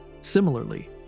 Similarly